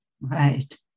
Right